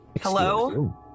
Hello